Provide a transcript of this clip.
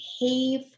behave